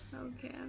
okay